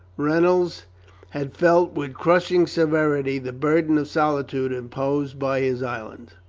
reynolds had felt with crushing severity the burden of solitude imposed by his island